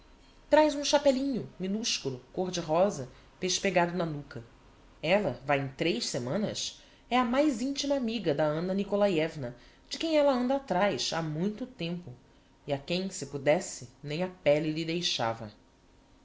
traz um chapelinho minusculo côr de rosa pespegado na nuca ella vae em três semanas é a mais intima amiga da anna nikolaievna de quem ella anda atrás ha muito tempo e a quem se pudesse nem a pelle lhe deixava